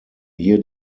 hier